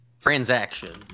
Transaction